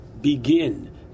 begin